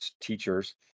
teachers